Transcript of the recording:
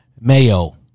Mayo